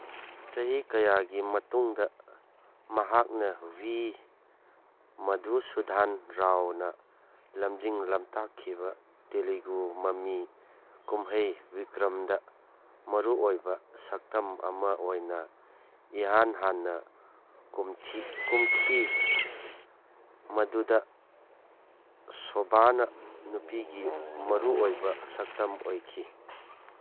ꯆꯍꯤ ꯀꯌꯥꯒꯤ ꯃꯇꯨꯡꯗ ꯃꯍꯥꯛꯅ ꯚꯤ ꯃꯙꯨꯁꯨꯗꯥꯟ ꯔꯥꯎꯅ ꯂꯝꯖꯤꯡ ꯂꯝꯇꯥꯛꯈꯤꯕ ꯇꯦꯂꯨꯒꯨ ꯃꯃꯤ ꯀꯨꯝꯍꯩ ꯚꯤꯀ꯭ꯔꯝꯗ ꯃꯔꯨꯑꯣꯏꯕ ꯁꯛꯇꯝ ꯑꯃ ꯑꯣꯏꯅ ꯏꯍꯥꯟ ꯍꯥꯟꯅ ꯀꯨꯝꯈꯤ ꯃꯗꯨꯗ ꯁꯣꯚꯥꯅ ꯅꯨꯄꯤꯒꯤ ꯃꯔꯨꯑꯣꯏꯕ ꯁꯛꯇꯝ ꯑꯣꯏꯈꯤ